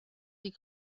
die